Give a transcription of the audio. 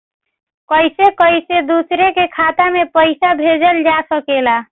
कईसे कईसे दूसरे के खाता में पईसा भेजल जा सकेला?